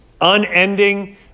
unending